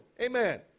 Amen